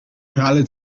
ale